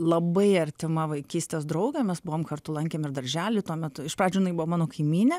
labai artima vaikystės draugė mes buvom kartu lankėm ir darželį tuo metu iš pradžių jinai buvo mano kaimynė